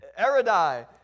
Eridai